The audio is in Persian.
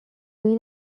این